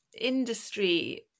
industry